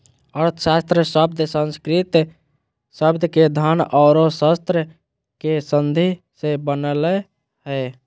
अर्थशास्त्र शब्द संस्कृत शब्द के धन औरो शास्त्र के संधि से बनलय हें